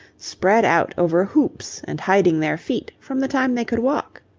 spread out over hoops and hiding their feet, from the time they could walk.